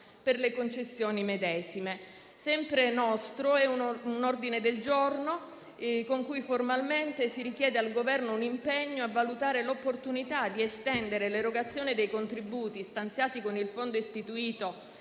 per le concessioni medesime. Sempre nostro è un ordine del giorno con cui formalmente si richiede al Governo un impegno a valutare l'opportunità di estendere l'erogazione dei contributi stanziati con il Fondo istituito